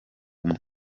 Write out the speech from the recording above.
umwe